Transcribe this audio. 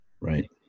Right